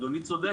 אדוני צודק,